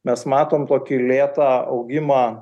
mes matom tokį lėtą augimą